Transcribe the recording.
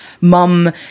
mum